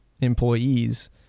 employees